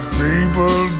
people